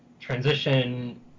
transition